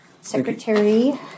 Secretary